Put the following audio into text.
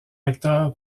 acteur